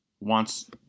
wants